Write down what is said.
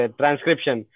transcription